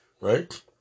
Right